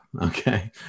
okay